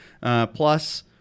Plus